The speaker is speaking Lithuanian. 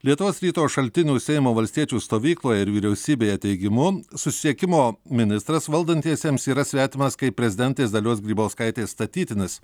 lietuvos ryto šaltinių seimo valstiečių stovykloje ir vyriausybėje teigimu susisiekimo ministras valdantiesiems yra svetimas kaip prezidentės dalios grybauskaitės statytinis